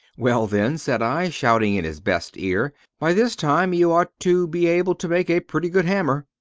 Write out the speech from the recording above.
well, then, said i, shouting in his best ear, by this time you ought to be able to make a pretty good hammer.